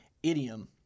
idiom